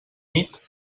nit